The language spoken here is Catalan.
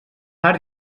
art